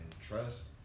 trust